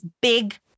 big